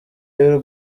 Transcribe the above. y’u